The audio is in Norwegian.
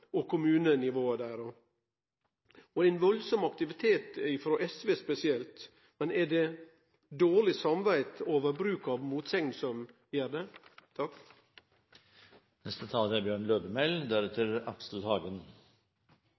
og kommunenivået deira. Det er stor aktivitet frå SV spesielt. Men er det dårleg samvit for bruk av motsegn som gjer det?